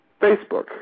Facebook